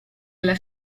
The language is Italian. alla